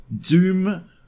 Doom